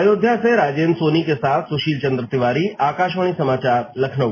अयोध्या से राजेंद्र सोनी के साथ सुशील चंद्र तिवारी आकाशवाणी समाचार लखनऊ